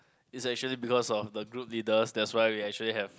it's actually because of the group leader that's why we actually have